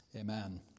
Amen